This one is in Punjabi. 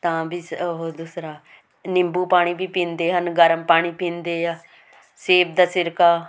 ਤਾਂ ਵੀ ਉਹ ਦੂਸਰਾ ਨਿੰਬੂ ਪਾਣੀ ਵੀ ਪੀਂਦੇ ਹਨ ਗਰਮ ਪਾਣੀ ਪੀਂਦੇ ਆ ਸੇਬ ਦਾ ਸਿਰਕਾ